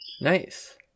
nice